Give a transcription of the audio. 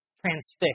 transfixed